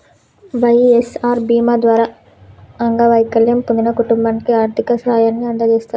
వై.ఎస్.ఆర్ బీమా ద్వారా అంగవైకల్యం పొందిన కుటుంబానికి ఆర్థిక సాయాన్ని అందజేస్తారు